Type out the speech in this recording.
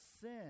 sin